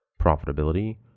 profitability